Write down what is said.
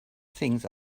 things